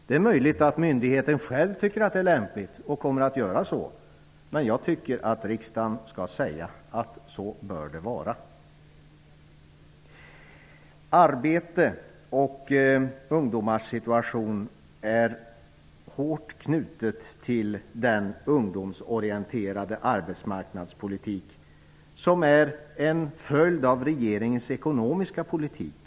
Det är möjligt att myndigheten själv kommer att tycka att detta är lämpligt och gör så, men jag tycker att riksdagen skall säga att det bör vara så. Arbete och ungdomars situation i övrigt är hårt knutet till den ungdomsorienterade arbetsmarknadspolitik som är en följd av regeringens ekonomiska politik.